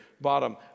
bottom